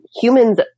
humans